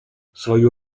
свою